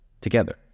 together